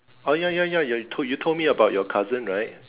oh ya ya ya ya you told you told me about your cousin right